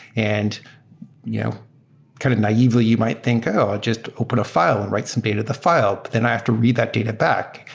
and you know kind of naively you might think, oh! i'll just open a file and write some data in the file, but then i have to read that data back.